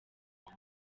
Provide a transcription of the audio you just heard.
naho